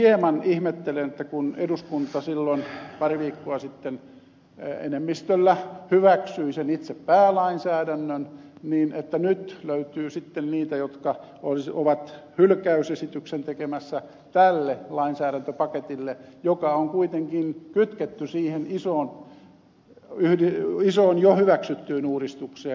nyt hieman ihmettelen kun eduskunta silloin pari viikkoa sitten enemmistöllä hyväksyi sen itse päälainsäädännön että nyt löytyy sitten niitä jotka ovat hylkäysesityksen tekemässä tälle lainsäädäntöpaketille joka on kuitenkin kytketty siihen isoon jo hyväksyttyyn uudistukseen